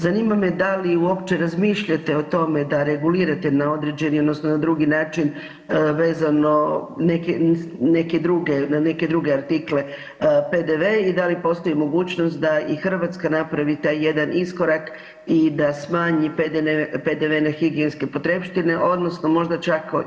Zanima me da li uopće razmišljate o tome da regulirate na određeni, odnosno na drugi način vezano neke, neke druge, na neke druge artikle PDV i da li postoji mogućnost da i Hrvatska napravi taj jedan iskorak i da smanji PDV na higijenske potrepštine, odnosno možda čak i da ga ukine.